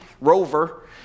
rover